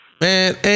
man